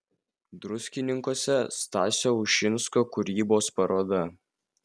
druskininkuose stasio ušinsko kūrybos paroda